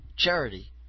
charity